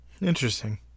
Interesting